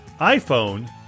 iPhone